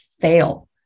fail